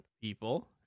people